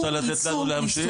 את רוצה לתת לנו להמשיך?